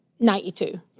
92